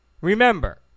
Remember